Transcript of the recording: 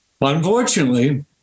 unfortunately